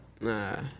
nah